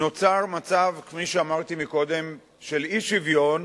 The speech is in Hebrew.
נוצר מצב, כפי שאמרתי קודם, של אי-שוויון